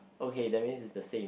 okay that means is the same